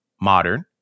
Modern